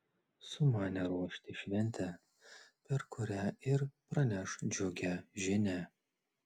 sumanė ruošti šventę per kurią ir praneš džiugią žinią